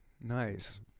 Nice